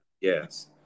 Yes